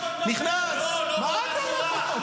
--- מה שאתה מדבר.